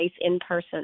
in-person